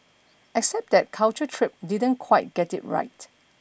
except that culture trip didn't quite get it right